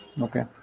Okay